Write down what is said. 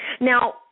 now